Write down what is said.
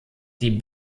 die